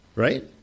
right